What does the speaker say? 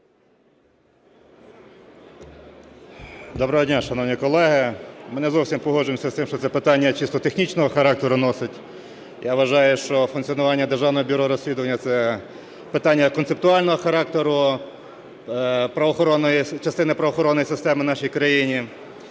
Доброго дня, шановні колеги! Ми не зовсім погоджуємося з тим, що це питання чисто технічний характер носить. Я вважаю, що функціонування Державного бюро розслідування – це питання концептуального характеру частини правоохоронної системи в нашій країні.